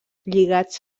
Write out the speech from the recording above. lligats